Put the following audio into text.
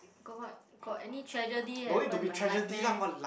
got what got any tragedy that happen in my life meh